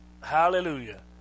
Hallelujah